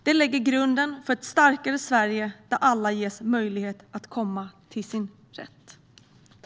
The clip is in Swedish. Det lägger grunden till ett starkare Sverige där alla ges möjlighet att komma till sin rätt.